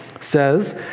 says